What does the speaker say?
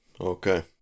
Okay